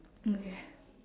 okay